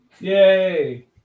Yay